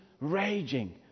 raging